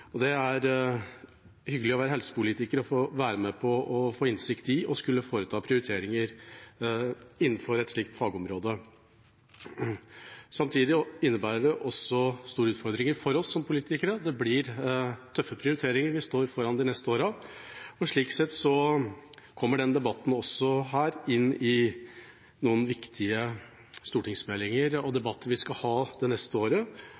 og det er hyggelig å være helsepolitiker og få være med på – og få innsikt i – å skulle foreta prioriteringer innenfor et slikt fagområde. Samtidig innebærer det også store utfordringer for oss som politikere; det blir tøffe prioriteringer vi står foran de neste årene. Slik sett kommer denne debatten, også her, inn i debatter om noen viktige stortingsmeldinger og debatter som vi skal ha det neste året